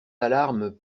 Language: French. alarmes